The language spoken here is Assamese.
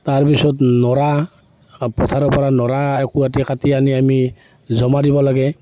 তাৰপিছত নৰা পথাৰৰ পৰা নৰা একোআতি কাটি আনি আমি জমা দিব লাগে